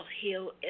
heal